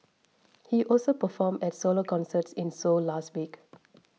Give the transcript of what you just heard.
he also performed at solo concerts in Seoul last week